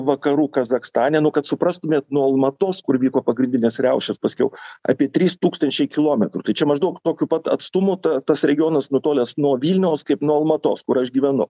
vakarų kazachstane nu kad suprastumėt nuo almatos kur vyko pagrindinės riaušės paskiau apie trys tūkstančiai kilometrų tai čia maždaug tokiu pat atstumu ta tas regionas nutolęs nuo vilniaus kaip nuo almatos kur aš gyvenu